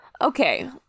Okay